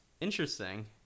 interesting